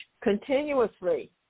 continuously